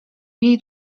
jej